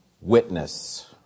witness